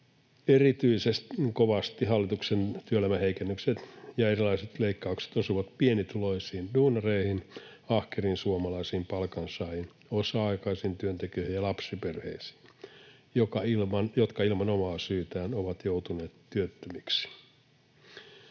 Erityisen kovasti hallituksen työelämäheikennykset ja erilaiset leikkaukset osuvat pienituloisiin duunareihin, ahkeriin suomalaisiin palkansaajiin, osa-aikaisiin työntekijöihin ja lapsiperheisiin, jotka ilman omaa syytään ovat joutuneet työttömiksi.